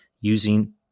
using